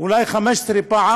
אולי 15 פעם